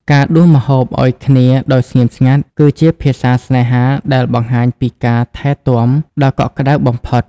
ការដួសម្ហូបឱ្យគ្នាដោយស្ងៀមស្ងាត់ គឺជាភាសាស្នេហាដែលបង្ហាញពីការថែទាំដ៏កក់ក្ដៅបំផុត។